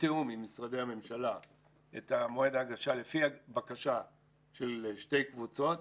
בתאום עם משרדי הממשלה את מועד ההגשה לפי הבקשה של שתי קבוצות